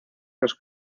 los